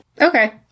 Okay